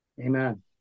Amen